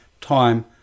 time